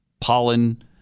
pollen